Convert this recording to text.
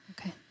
Okay